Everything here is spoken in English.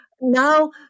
Now